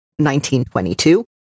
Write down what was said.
1922